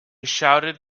shouted